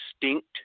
distinct